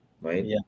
right